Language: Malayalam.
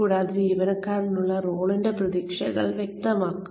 കൂടാതെ ജീവനക്കാരനുള്ള റോളിന്റെ പ്രതീക്ഷകൾ വ്യക്തമാക്കുക